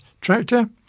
tractor